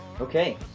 Okay